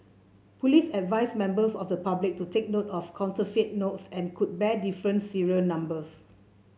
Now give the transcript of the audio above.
police advised members of the public to take note of counterfeit notes and could bear different serial numbers